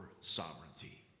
sovereignty